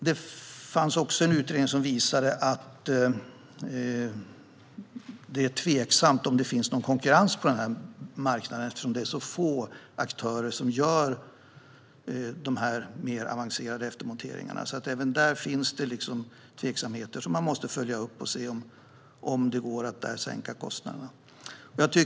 Det fanns också en utredning som visade att det är tveksamt om det finns någon konkurrens på denna marknad, eftersom det är så få aktörer som gör dessa mer avancerade eftermonteringar. Även där finns det alltså tveksamheter som måste följas upp för att man ska se om det går att sänka kostnaderna.